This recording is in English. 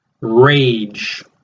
rage